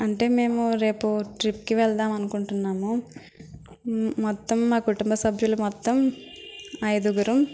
అంటే మేము రేపు ట్రిప్కి వెళ్దాం అనుకుంటున్నాము మొత్తం మా కుటుంబ సభ్యులు మొత్తం ఐదుగురం